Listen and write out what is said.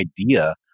idea